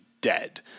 dead